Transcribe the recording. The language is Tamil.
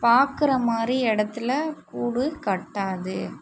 பாக்கிற மாதிரி இடத்துல கூடு கட்டாது